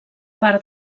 part